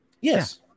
Yes